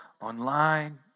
online